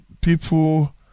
people